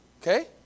Okay